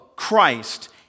Christ